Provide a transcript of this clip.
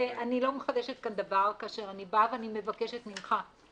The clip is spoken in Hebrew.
ואני לא מחדשת כאן דבר, כאשר אני מבקשת ממך,